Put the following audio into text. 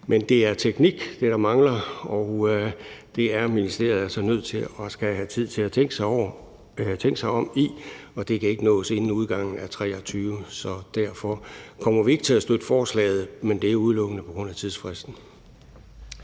Men det er teknik, der mangler, og der er ministeriet altså nødt til at skulle have tid til at tænke sig om, og det kan ikke nås inden udgangen af 2023. Så derfor kommer vi ikke til at støtte forslaget, men det er udelukkende på grund af tidsfristen.